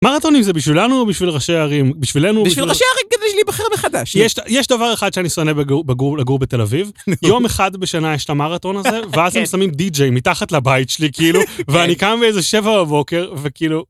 מרתונים זה בשבילנו או בשביל ראשי הערים? בשבילנו או בשביל... בשביל ראשי הערים כדי להיבחר מחדש. יש דבר אחד שאני שונא בלגור בתל אביב, יום אחד בשנה יש את המרתון הזה, ואז הם שמים די.ג'יי מתחת לבית שלי כאילו, ואני קם באיזה שבע בבוקר וכאילו...